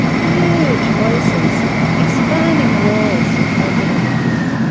huge voices expanding the walls of her little house.